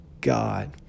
God